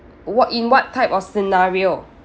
wh~ in what type of scenario